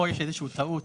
פה יש איזושהי טעות